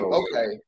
okay